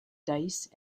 dice